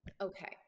Okay